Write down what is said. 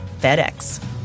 FedEx